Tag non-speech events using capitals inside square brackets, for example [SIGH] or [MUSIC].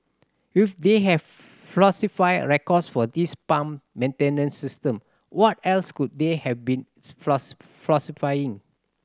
if they have falsified records for this pump maintenance system what else could they have been [UNINTELLIGIBLE] falsifying